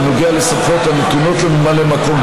בנוגע לסמכויות הנתונות לממלא המקום,